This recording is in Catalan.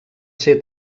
ser